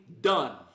done